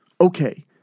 Okay